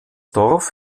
dorf